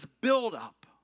buildup